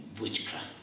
witchcraft